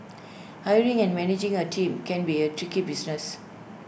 hiring and managing A team can be A tricky business